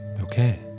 Okay